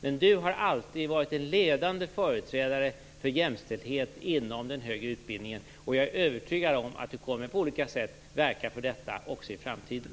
Men du har alltid varit en ledande företrädare för jämställdhet inom den högre utbildningen, och jag är övertygad om att du på olika sätt kommer att verka för detta också i framtiden.